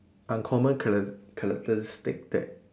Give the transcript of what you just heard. uncommon chara~ characteristics that